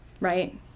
right